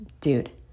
dude